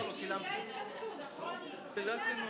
אז יאללה,